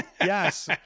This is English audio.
yes